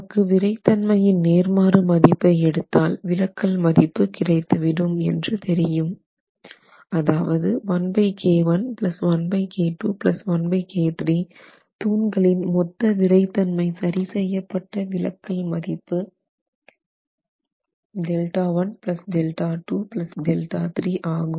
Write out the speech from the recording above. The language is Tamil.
நமக்கு விறைத் தன்மையின் நேர்மாறு மதிப்பை எடுத்தால் விலக்கல் மதிப்பு கிடைத்துவிடும் என்று தெரியும் அதாவது தூண்களின் மொத்த விறைத் தன்மை சரி செய்யப்பட்ட விலக்கல் மதிப்பு Δ 1 Δ 2 Δ 3 ஆகும்